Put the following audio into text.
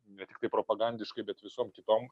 ne tiktai propagandiškai bet visom kitom